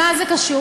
"מה זה קשור".